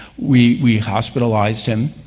we we hospitalized him,